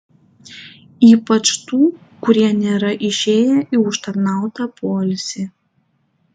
ypač tų kurie nėra išėję į užtarnautą poilsį